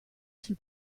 sul